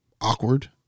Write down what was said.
awkward